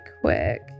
quick